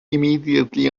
immediately